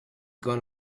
gone